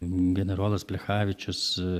generolas plechavičius